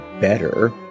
better